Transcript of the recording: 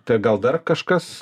tai gal dar kažkas